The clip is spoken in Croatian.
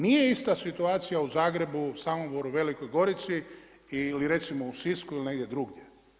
Nije ista situacija u Zagrebu, Samoboru, Velikoj Gorici ili recimo u Sisku ili negdje drugdje.